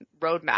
roadmap